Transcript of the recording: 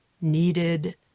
needed